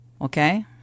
okay